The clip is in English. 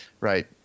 Right